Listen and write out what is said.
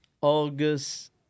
August